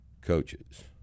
coaches